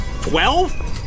Twelve